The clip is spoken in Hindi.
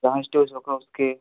जहाँ इस्टेज होगा उसके